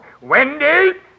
Wendy